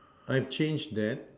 I changed that